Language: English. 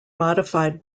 modified